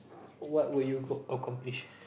what would go accomplish